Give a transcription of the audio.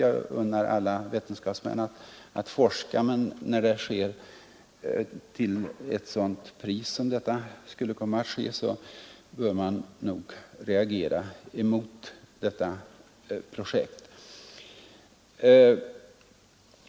Jag unnar alla vetenskapsmän att forska, men när det skulle ske till ett sådant pris som här bör man nog reagera mot projektet.